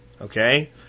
Okay